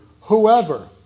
Whoever